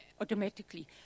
automatically